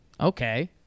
Okay